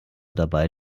dabei